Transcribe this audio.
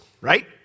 right